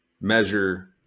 measure